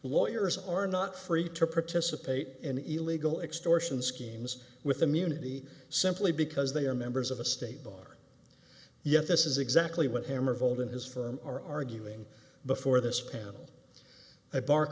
lawyers are not free to participate in illegal extortion schemes with immunity simply because they are members of a state bar yet this is exactly what hammer vold in his firm are arguing before this panel